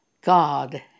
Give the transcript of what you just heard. God